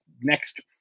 next